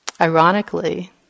Ironically